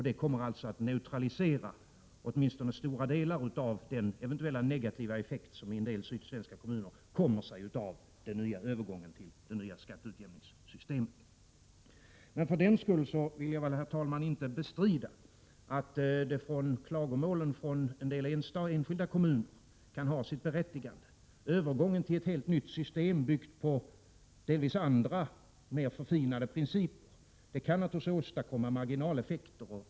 Det kommer att neutralisera åtminstone stora delar av den eventuellt negativa effekt som uppstår för en del sydsvenska kommuner vid övergången till det nya skatteutjämningssystemet. För den skull, herr talman, vill jag inte bestrida att klagomålen från en del enskilda kommuner kan ha sitt berättigande. Övergången till ett helt nytt system, byggt på delvis andra och mer förfinade principer, kan naturligtvis åstadkomma marginaleffekter.